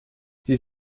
sie